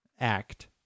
act